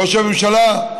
ראש הממשלה,